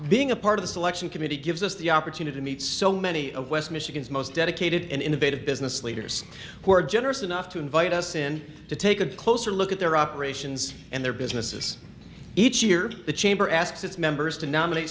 being a part of the selection committee gives us the opportunity to meet so many of west michigan's most dedicated and innovative business leaders who are generous enough to invite us in to take a closer look at their operations and their businesses each year the chamber asks its members to nominate